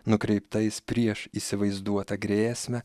nukreiptais prieš įsivaizduotą grėsmę